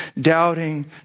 doubting